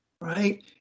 right